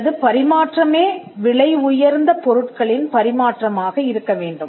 அல்லது பரிமாற்றமே விலை உயர்ந்த பொருட்களின் பரிமாற்றமாக இருக்கவேண்டும்